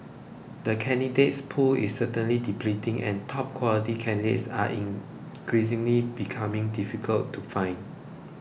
the candidates pool is certainly depleting and top quality candidates are increasingly becoming difficult to find